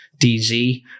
DZ